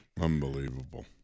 Unbelievable